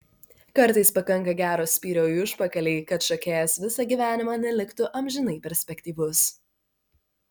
kartais pakanka gero spyrio į užpakalį kad šokėjas visą gyvenimą neliktų amžinai perspektyvus